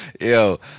Yo